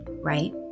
Right